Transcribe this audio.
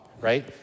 right